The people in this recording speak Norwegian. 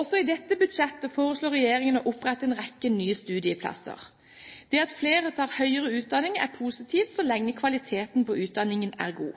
Også i dette budsjettet foreslår regjeringen å opprette en rekke nye studieplasser. Det at flere tar høyere utdanning er positivt så lenge kvaliteten på utdanningen er god.